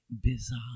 bizarre